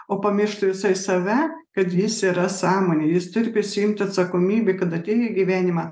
o pamiršti visai save kad jis yra sąmonė jis turi prisiimti atsakomybė kad atėjo į gyvenimą